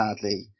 sadly